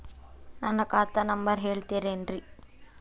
ನನ್ನ ಖಾತಾ ನಂಬರ್ ಹೇಳ್ತಿರೇನ್ರಿ?